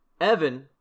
Evan